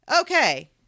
Okay